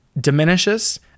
diminishes